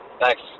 Thanks